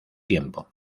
tiempo